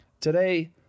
Today